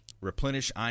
Replenish